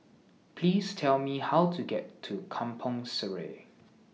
Please Tell Me How to get to Kampong Sireh